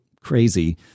crazy